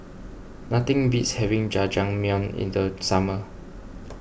nothing beats having Jajangmyeon in the summer